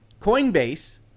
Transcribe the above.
Coinbase